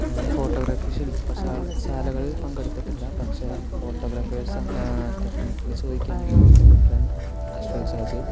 ഞാൻ ഫോട്ടോഗ്രാഫി ശില്പ ശാലകളിൽ പങ്കെടുത്തിട്ടില്ല പക്ഷേ ഫോട്ടോഗ്രാഫേഴ്സാ ടെക്നിക്കുകൾ ചോദിക്കുകയാണെങ്കിൽ എൻ്റെ ഒരു ഫ്രണ്ട് അശ്വിൽ ഷാജി